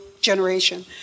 generation